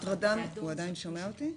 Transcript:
אני חושבת שזה לא כולל הטרדות מיניות,